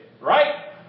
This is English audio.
Right